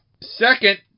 Second